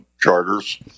charters